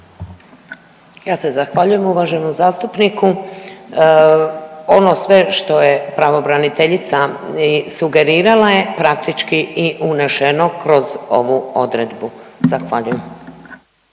Ja se zahvaljujem uvaženom zastupniku. Ono sve što je pravobraniteljica i sugerirala je praktički i unešeno kroz ovu odredbu, zahvaljujem.